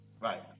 Right